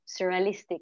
surrealistic